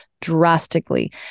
drastically